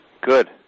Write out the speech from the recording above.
good